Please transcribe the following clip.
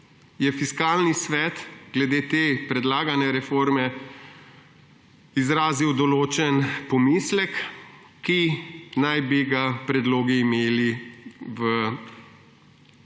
je Fiskalni svet glede te predlagane reforme izrazil določen pomislek, ki naj bi ga predlogi imeli v prihodnih